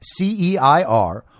CEIR